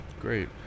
great